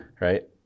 Right